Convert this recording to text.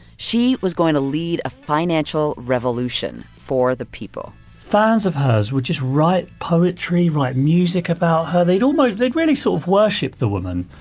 she was going to lead a financial revolution for the people fans of hers would just write poetry, write music about her. they'd almost they'd really sort of worship the woman.